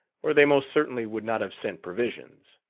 or they most certainly would not have sent provisions.